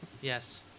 Yes